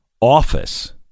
office